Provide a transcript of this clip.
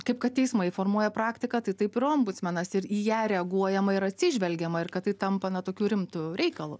kaip kad teismai formuoja praktiką tai taip yra ombudsmenas ir į ją reaguojama ir atsižvelgiama ir kad tai tampa ne tokiu rimtu reikalu